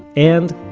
and,